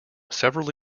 several